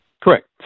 Correct